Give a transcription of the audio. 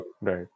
right